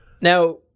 Now